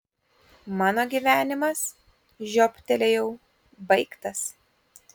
mano gyvenimas žiobtelėjau baigtas